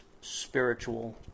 spiritual